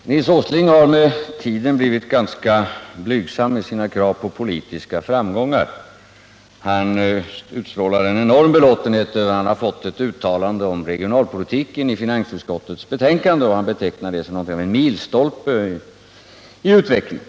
Herr talman! Nils Åsling har med tiden blivit ganska blygsam i sina krav på politiska framgångar. Han utstrålar en enorm belåtenhet när han nu har fått ett uttalande om regionalpolitiken i finansutskottets betänkande, och han betecknar det som en milstolpe i utvecklingen.